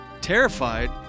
terrified